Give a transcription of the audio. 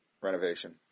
renovation